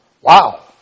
Wow